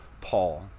Paul